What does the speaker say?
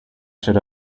should